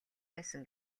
байсан